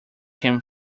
came